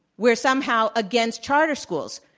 we're somehow against charter schools.